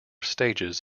stages